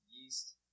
yeast